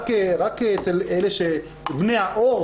רק בני האור,